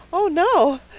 oh no,